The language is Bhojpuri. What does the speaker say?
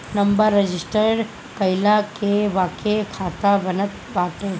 नंबर रजिस्टर कईला के बाके खाता बनत बाटे